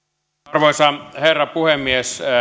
arvoisa herra puhemies